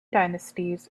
dynasties